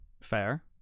fair